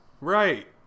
right